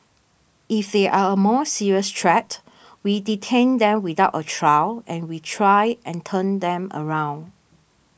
if they are a more serious threat we detain them without trial and we try and turn them around